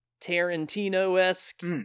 Tarantino-esque